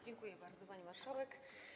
Dziękuję bardzo, pani marszałek.